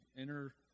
enter